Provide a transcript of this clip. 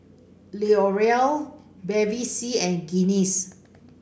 L'Oreal Bevy C and Guinness